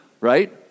right